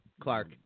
Clark